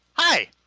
Hi